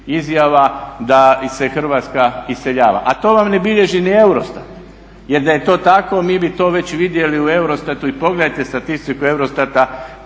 izjava da se Hrvatska iseljava. A to vam ne bilježi ni Eurostat jer da je to tako mi bi to već vidjeli u Eurostatu. I pogledajte statistiku Eurostata